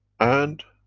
and